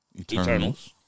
Eternals